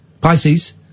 Pisces